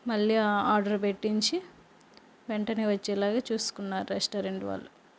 మళ్లీ ఆ ఆర్డర్ పెట్టించి వెంటనే వచ్చేలాగా చూసుకున్నారు రెస్టారెంట్ వాళ్ళు